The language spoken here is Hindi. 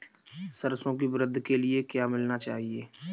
सरसों की वृद्धि के लिए क्या मिलाना चाहिए?